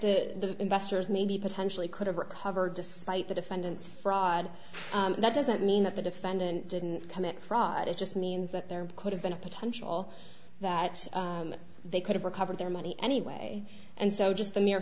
that the investors may be potentially could have recovered despite the defendant's fraud that doesn't mean that the defendant didn't commit fraud it just means that there could have been a potential that they could recover their money anyway and so just the mere